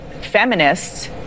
feminists